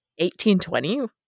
1820